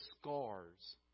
scars